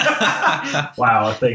Wow